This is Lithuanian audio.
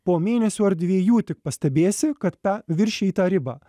po mėnesio ar dviejų tik pastebėsi kad pe viršijai tą ribą